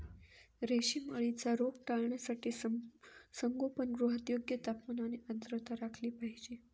रेशीम अळीचा रोग टाळण्यासाठी संगोपनगृहात योग्य तापमान आणि आर्द्रता राखली पाहिजे